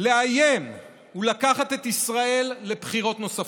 לאיים ולקחת את ישראל לבחירות נוספות.